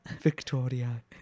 Victoria